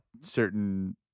certain